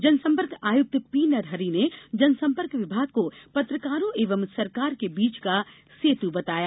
जनसम्पर्क आयुक्त पी नरहरि ने जनसम्पर्क विभाग को पत्रकारों एवं सरकार के बीच का सेतु बताया